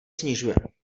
snižuje